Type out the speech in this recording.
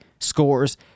scores